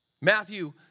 Matthew